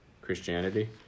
Christianity